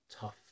tough